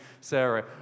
Sarah